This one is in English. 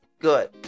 Good